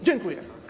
Dziękuję.